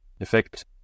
effect